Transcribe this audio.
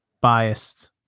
biased